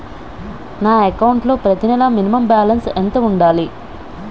నా అకౌంట్ లో ప్రతి నెల మినిమం బాలన్స్ ఎంత ఉండాలి?